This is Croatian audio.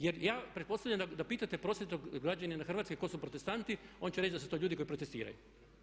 Jer ja pretpostavljam da pitate prosječnog građanina Hrvatske tko su protestanti, oni će reći da su to ljudi koji protestiraju.